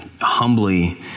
humbly